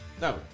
No